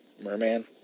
merman